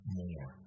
more